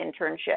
internship